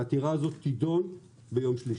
העתירה הזאת תידון ביום שלישי.